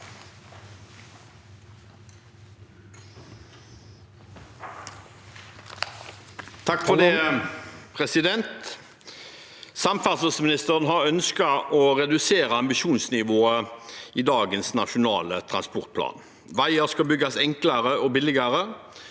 «Samferdselsmi- nisteren har ønsket å redusere ambisjonsnivået i dagens nasjonale transportplan. Veier skal bygges enklere og billigere.